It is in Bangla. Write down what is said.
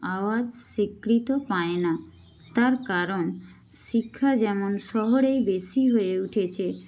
আওয়াজ স্বীকৃ্তি পায় না তার কারণ শিক্ষা যেমন শহরেই বেশি হয়ে উঠেছে